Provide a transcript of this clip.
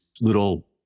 little